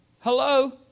Hello